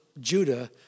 Judah